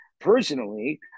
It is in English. Personally